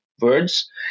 words